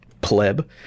pleb